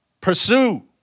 Pursue